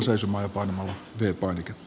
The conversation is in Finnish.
arvoisa herra puhemies